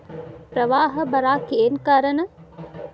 ಪ್ರವಾಹ ಬರಾಕ್ ಏನ್ ಕಾರಣ?